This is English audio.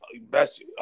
best